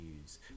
use